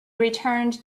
returned